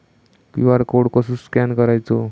QR code कसो scan करायचो?